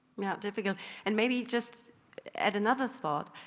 yeah difficult and maybe just add another thought.